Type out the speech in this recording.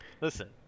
listen